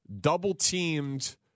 double-teamed